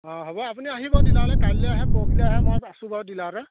অ হ'ব আপুনি আহিব ডিলাৰলৈ কাইলৈ আহে পৰহিলৈ আহে মই আছোঁ বাৰু ডিলাৰতে